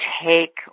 take